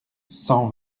cent